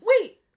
Wait